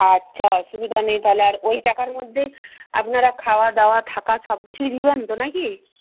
আচ্ছা অসুবিধা নেই তাহলে আর ওই টাকার মধ্যেই আপনারা খাওয়া দাওয়া থাকা সবকিছুই দেবেন তো না কি